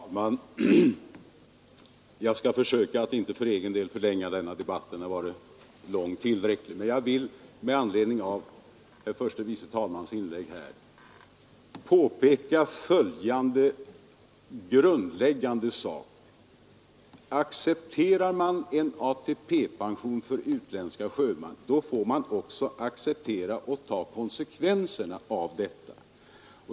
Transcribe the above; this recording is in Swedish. Herr talman! Jag skall försöka att inte för egen del förlänga den här debatten. Den har varit tillräckligt lång. Men jag vill med anledning av herr förste vice talmannens inlägg påpeka följande grundläggande sak: accepterar man ATP för utländska sjömän, får man också acceptera konsekvenserna av detta.